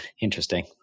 Interesting